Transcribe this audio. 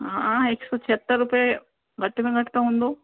हा हिकु सौ छहातरि रुपये घटि में घटि त हूंदो